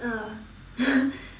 uh